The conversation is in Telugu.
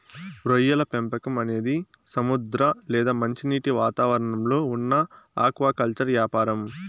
రొయ్యల పెంపకం అనేది సముద్ర లేదా మంచినీటి వాతావరణంలో ఉన్న ఆక్వాకల్చర్ యాపారం